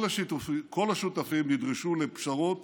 כל השותפים נדרשו לפשרות